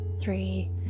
three